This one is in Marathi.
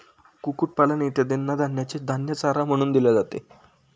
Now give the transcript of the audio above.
कुक्कुटपालन इत्यादींना धान्याचे धान्य चारा म्हणून दिले जाते